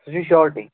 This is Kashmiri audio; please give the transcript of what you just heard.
سُہ چھِ شاٹٕے